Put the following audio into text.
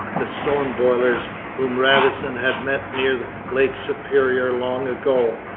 the stone boilers whom radisson had met near lake superior long ago,